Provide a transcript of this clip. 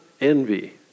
envy